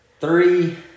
Three